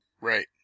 Right